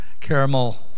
caramel